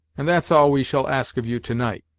and that's all we shall ask of you to-night.